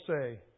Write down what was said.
say